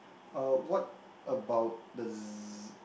uh what about the z~